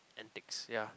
antiques yeah